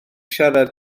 siarad